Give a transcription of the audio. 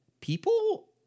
People